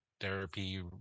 therapy